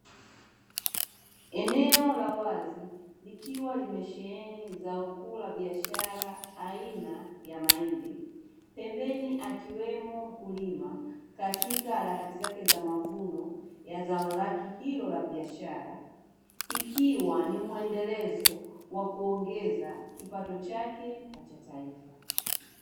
Eneo la wazi likiwa limesheheni zao kuu la biashara aina ya mahindi. Pembeni akiwemo mkulima katika harakati zake za mavuno ya zao lake hilo la biashara, ikiwa ni muendelezo wa kuongeza kipato chake na cha taifa.